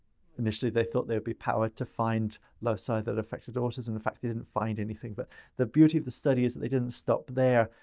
initially they thought they'd be powered to find loci that affected autism. in fact, they didn't find anything. but the beauty of the study is that they didn't stop there.